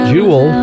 Jewel